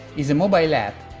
is a mobile app,